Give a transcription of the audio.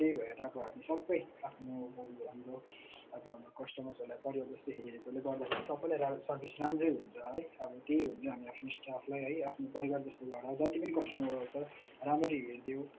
केही भएर अब हामी सब आफ्नो हाम्रो अब हाम्रो कस्टमरहरूलाई परिवार जस्तो हेरेकोले गर्दाखेरि सबलाई राम्रो सर्भिस राम्रो हुन्छ है अब केही भयो भने हामी आफ्नो स्टाफलाई है आफ्नो परिवार जस्तोबाट जति पनि कस्टमर आउँछ राम्ररी हेरिदियो